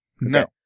No